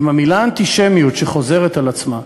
עם המילה אנטישמיות שחוזרת על עצמה,